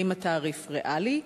2. האם התעריף ריאלי?